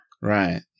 Right